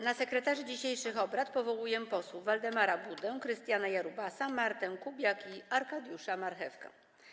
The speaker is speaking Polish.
Na sekretarzy dzisiejszych obrad powołuję posłów: Waldemara Budę, Krystiana Jarubasa, Martę Kubiak i Arkadiusza Marchewkę.